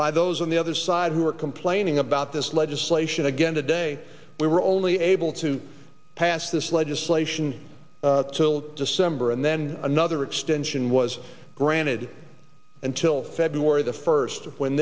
by those on the other side who are complaining about this legislation again today we were only able to pass this legislation till december and then another extension was granted until february the first when